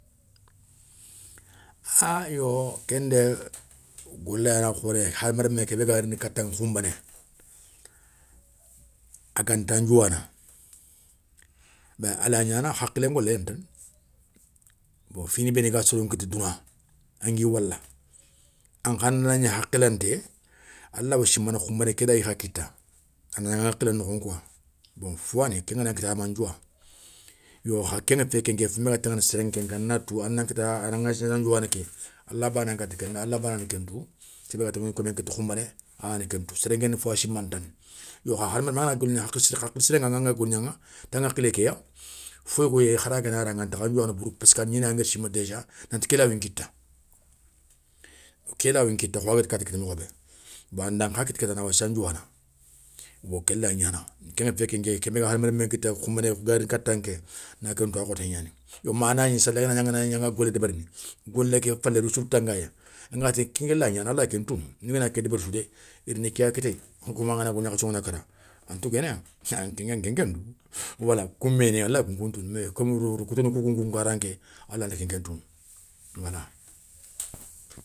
Yo kendé golé yani a khoré hadama remme ké bé ga rini kataŋa khounbané, aganta ndiouwana ben alaya gnana hakhilen golé gnani tane, bon finou benou ga soron kita douna angui wala ankha ndagna hakhilanté, a lawa simana khoumbané ké lawi kha kitta, a na ran ŋakhilé nokho nkouŋa, bon fowani ken gana kitta a ma ndiouwa, yo kha kengafé kenké founbé ga taŋana séré nkénké ana tou a nan katta a nan ŋasséna ndiouwana ké, alla bané yani kentou, séré ba gani ŋa kémé kita khounbané, ani kentou, séré nkéna fowa simana ta. Yo kha hadama remme angana golgna hakhilé siren ŋaŋa angana golgna ta anhakhilé kéya, fo yogo yéyi hara gana raŋa antakha ndiouwana bourou péska ana gnina angada sima depu nanti krawinkita kho agada katti kitta mokho bé. Bon anda nkha kitta kéta a na wassa ndiouwana, bon ké lawa gnana, kenga fé kenké, ké béga hadama remme nkita khoumbané, garini katan ké na kentou a khoté gnani, yo managni séli ganagni anga golé débérini golé ké falé résultat ngaya angana ti nké ké lay gnana alay kentounou ngana ké débéri sou dé, i rini kéya kittéyé, koma angana golgna khasso ngana kara an touguéna. aŋa kenkentou, wala kou méni aly kounkou ntounou mais commou rokoutouni kounkou karan ké alanta kenketounou wala.